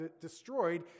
destroyed